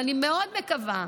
ואני מאוד מקווה,